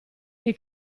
dei